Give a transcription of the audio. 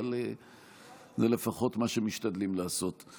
אבל זה מה שמשתדלים לעשות לפחות.